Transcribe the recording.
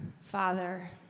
Father